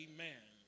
Amen